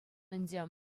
ӗнтӗ